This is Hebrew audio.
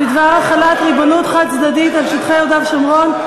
בדבר החלת ריבונות חד-צדדית על שטחי יהודה ושומרון,